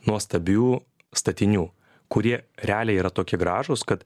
nuostabių statinių kurie realiai yra tokie gražūs kad